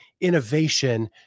innovation